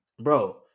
Bro